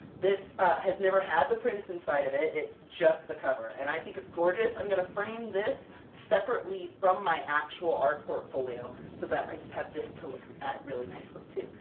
this has never had the prints inside of it, it's just the cover and i think it's gorgeous! i'm going to frame this separately from my actual art portfolio, so that i just have this to look at really nicely too!